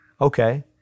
okay